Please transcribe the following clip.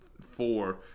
four